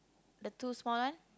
the two small one